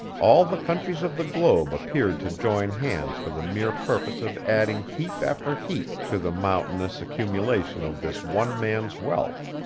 all the countries of the globe appeared to join hands for the mere purpose of adding heap after heap to the mountainous accumulation of this one man's wealth.